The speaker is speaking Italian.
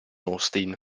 austin